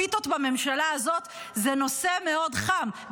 פיתות בממשלה הזאת זה נושא מאוד חם,